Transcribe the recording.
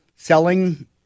Selling